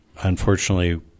unfortunately